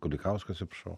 kulikauskui atsiprašau